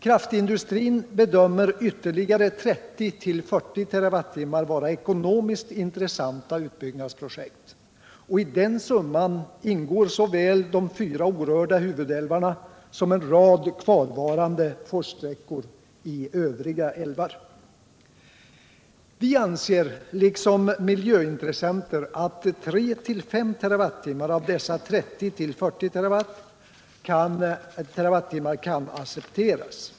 Kraftindustrin bedömer ytterligare 30-40 TWh vara ekonomiskt intressanta utbyggnadsprojekt, och i den summan ingår såväl de fyra orörda huvudälvarna som en rad kvarvarande forssträckor i övriga älvar. Vi anser liksom olika miljöintressenter att 3-5 TWh av dessa 30-40 TWh kan accepteras.